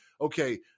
okay